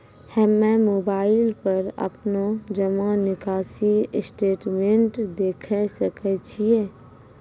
हम्मय मोबाइल पर अपनो जमा निकासी स्टेटमेंट देखय सकय छियै?